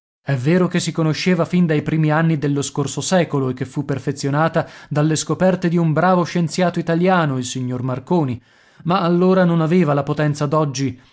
è vero che si conosceva fin dai primi anni dello scorso secolo e che fu perfezionata dalle scoperte di un bravo scienziato italiano il signor marconi ma allora non aveva la potenza